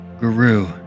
guru